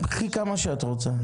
קחי כמה שאת רוצה.